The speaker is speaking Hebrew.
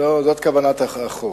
זו כוונת החוק.